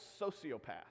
sociopath